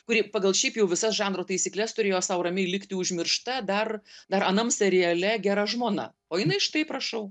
kurį pagal šiaip jau visas žanro taisykles turėjo sau ramiai likti užmiršta dar dar anam seriale gera žmona o jinai štai prašau